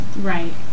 Right